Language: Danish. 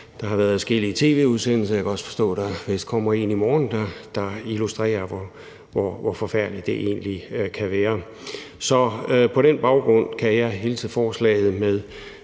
Der har været adskillige tv-udsendelser – jeg kan forstå, at der vist også kommer en i morgen – der illustrerer, hvor forfærdeligt det egentlig kan være. Så på den baggrund kan jeg hilse forslaget med